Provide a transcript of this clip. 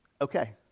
okay